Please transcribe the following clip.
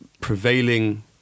prevailing